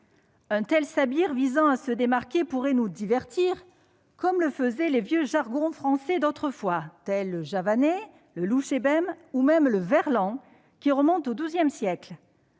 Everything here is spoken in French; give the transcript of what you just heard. Un tel sabir visant à se démarquer pourrait nous divertir, comme le faisaient les vieux jargons français d'autrefois, tels le javanais, le louchébème ou même le verlan, qui remonte au XII siècle.